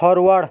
forward